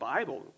Bible